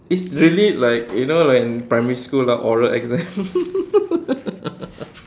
it's really like you know like in primary school ah oral exam